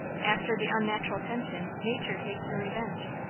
after the unnatural tension, nature takes her revenge.